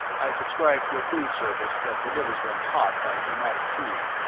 i subscribe to a food service that delivers them hot by pneumatic tube.